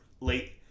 late